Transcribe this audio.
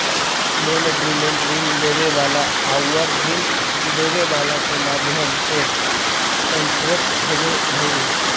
loan agreement ऋण लेवे वाला आउर ऋण देवे वाला के मध्य एक कॉन्ट्रैक्ट होवे हई